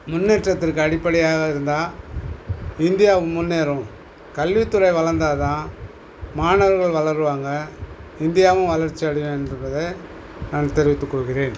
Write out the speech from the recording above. முன்னேற்றத்திற்கு அடிப்படையாக இருந்தால் இந்தியாவும் முன்னேறும் கல்வித்துறை வளர்ந்தா தான் மாணவர்கள் வளர்வாங்க இந்தியாவும் வளர்ச்சி அடையும் என்பதை நான் தெரிவித்துக்கொள்கிறேன்